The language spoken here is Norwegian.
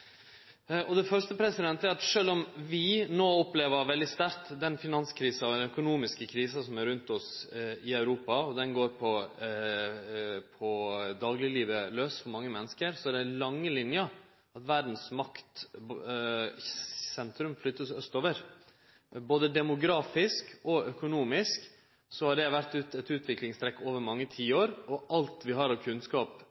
lenge. Det første er at sjølv om vi no veldig sterkt opplever finanskrisa – den økonomiske krisa – som er rundt oss i Europa, og som går på dagleglivet laus for mange menneske, så er det lange linjer: Verdas maktsentrum vert flytta austover. Både demografisk og økonomisk har det vore eit utviklingstrekk over mange